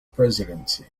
presidency